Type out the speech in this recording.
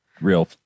real